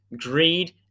greed